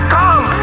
come